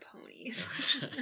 Ponies